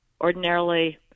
ordinarily